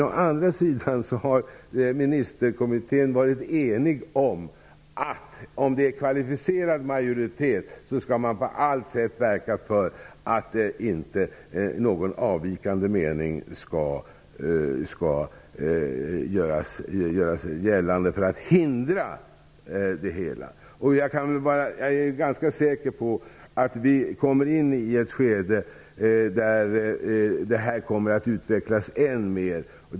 Å andra sidan så har ministerkommittén varit enig om att om det blir kvalificerad majoritet skall man på alla sätt verka för att någon avvikande mening inte skall göra sig gällande för att hindra det hela. Jag är ganska säker på att vi kommer in i ett skede där det här kommer att utvecklas än mer.